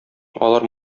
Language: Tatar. алар